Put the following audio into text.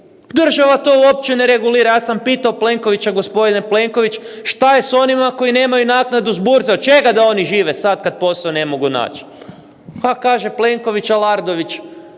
Država to uopće ne regulira, ja sam pitao Plenkovića, g. Plenković, što je s onima koji nemaju naknadu s Burze? Od čega da oni žive sad kad posao ne mogu naći? A kaže Plenković, Alardović